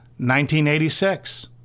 1986